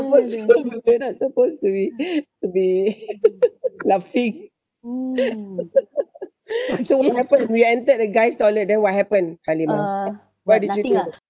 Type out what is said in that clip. we're not supposed to be we're not supposed to be to be laughing so what happened we entered the guys toilet then what happened Halimah what did you do there